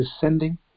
descending